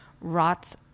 rots